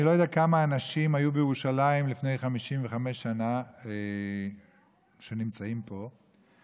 אני לא יודע כמה אנשים היו בירושלים לפני 55 שנה שנמצאים פה,